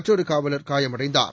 மற்றொரு காவலர் காயமடைந்தார்